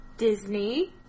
Disney